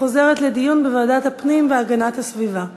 התשע"ד 2014, לוועדת הפנים והגנת הסביבה נתקבלה.